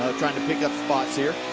trying to pick up a spot here.